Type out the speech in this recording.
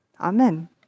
Amen